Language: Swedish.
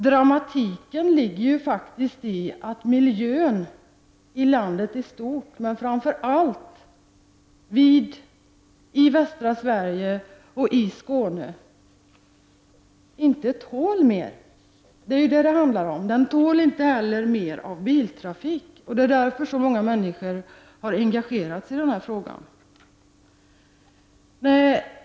Dramatiken ligger i att miljön i landet i stort, men framför allt i västra Sverige och i Skåne, inte tål mer. Den tål inte mer av biltrafik. Det är därför många människor har engagerat sig i frågan.